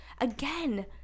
Again